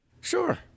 Sure